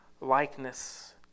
likeness